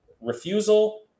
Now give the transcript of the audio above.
refusal